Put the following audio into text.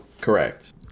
Correct